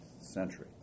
century